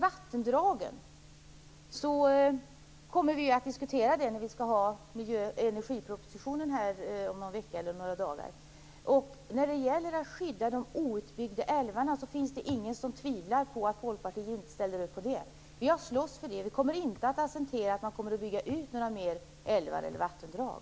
Vattendragen kommer vi att diskutera i samband med energipropositionen om några dagar. När det gäller de skyddade outbyggda älvarna finns det ingen som behöver tvivla på att Folkpartiet ställer upp. Vi har slagits för det, vi kommer inte att acceptera att man bygger ut fler älvar eller andra vattendrag.